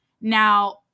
Now